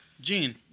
Gene